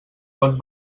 pot